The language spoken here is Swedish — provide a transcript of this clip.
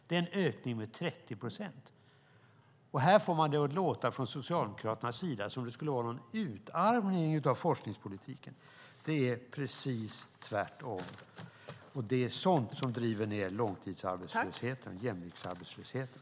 Det är en ökning med 30 procent. Från Socialdemokraternas sida låter det här som om det skulle vara fråga om en utarmning av forskningspolitiken. Det är precis tvärtom, och det är sådant som driver ned långtidsarbetslösheten och jämviktsarbetslösheten.